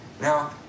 Now